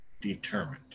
determined